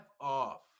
off